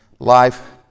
Life